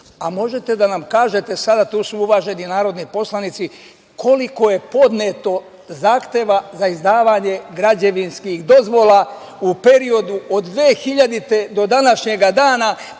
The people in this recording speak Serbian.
Možete da nam kažete sada, tu su uvaženi narodni poslanici, koliko je podneto zahteva za izdavanje građevinskih dozvola u periodu od 2000. godine do današnjeg dana,